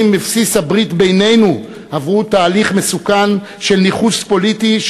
בבסיס הברית בינינו עברו תהליך מסוכן של ניכוס פוליטי,